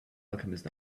alchemist